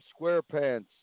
SquarePants